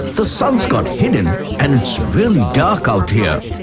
the sun's got hidden and it's really dark out here.